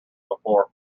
before